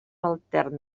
altern